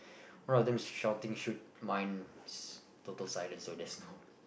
one of them shouting shoot mine's total silence so there's no